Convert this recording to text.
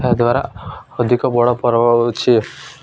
ଏହାଦ୍ୱାରା ଅଧିକ ବଡ଼ ପର୍ବ ହେଉଛି